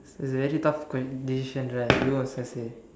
is a very tough ques~ decisions right you also say